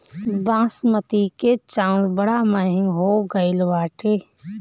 बासमती के चाऊर बड़ा महंग हो गईल बाटे